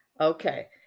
Okay